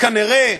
כנראה,